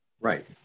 right